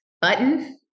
button